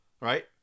right